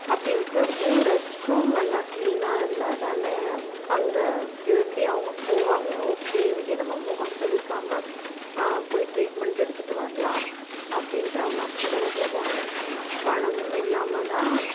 அப்படி இருக்கிறப்போ ரெஸ்ட்ரூமெல்லாம் கிளீனாக இருந்தால்தான அங்கே விரும்பி அவங்க போவாங்க ஓகே இங்கே நம்ம முகம் சுளிக்காமல் போய் ட்ரீட்மெண்ட் எடுத்துகிட்டு வரலாம் அப்படின்ட்டு அவங்க அப்படிதான போவாங்க பணம் இல்லாமல்தான்